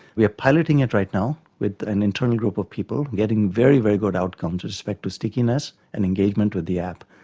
we are piloting it right now with an internal group of people, getting very, very good outcomes with respect to stickiness and engagement with the app.